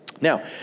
Now